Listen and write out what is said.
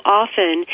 often